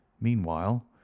meanwhile